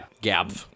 Gab